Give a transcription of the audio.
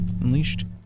Unleashed